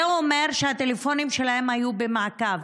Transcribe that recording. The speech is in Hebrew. זה אומר שהטלפונים שלהם היו במעקב.